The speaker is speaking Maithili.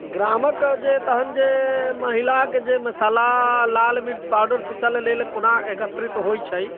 ग्रामक जे तहन जे महिला के जे मशाला लाल मिर्च पाउडर पिसै लेल कोना एकत्रित होइत छै